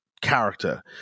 character